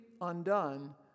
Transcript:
undone